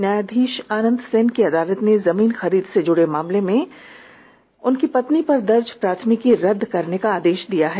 न्यायधीश आनंद सेन की अदालत ने जमीन खरीद से जुड़े मामले में अनामिका गौतम पर दर्ज प्राथमिकी को रद्द करने का आदेश दिया है